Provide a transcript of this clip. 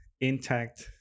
intact